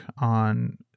on